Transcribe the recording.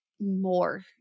more